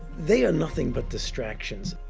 they are nothing but distractions.